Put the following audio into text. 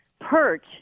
perch